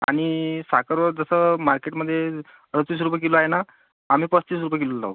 आणि साखरेवर जसं मार्केटमध्ये अडतीस रुपये किलो आहे ना आम्ही पस्तीस रुपये किलो लावू